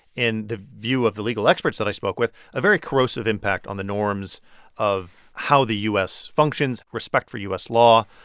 in the view of the legal experts that i spoke with, a very corrosive impact on the norms of how the u s. functions, respect for u s. law.